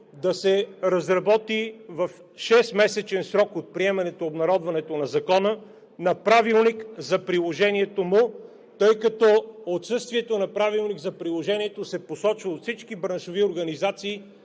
да се разработи в 6-месечен срок от приемането на Закона правилник за приложението му, тъй като отсъствието на Правилник за приложението се посочва от всички браншови организации